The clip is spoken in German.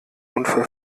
unfall